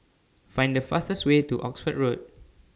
Find The fastest Way to Oxford Road